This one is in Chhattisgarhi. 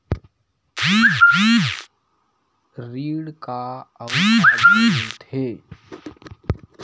ऋण का अउ का बोल थे?